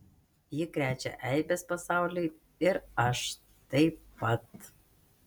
ji krečia eibes pasauliui ir aš taip pat